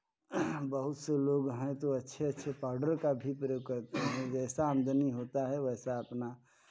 बहुत से लोग हैं तो अच्छे अच्छे पाउडर का भी प्रयोग करते हैं जैसा आमदनी होता है वैसा अपना